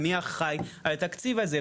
מי אחראי על התקציב הזה,